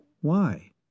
Why